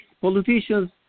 politicians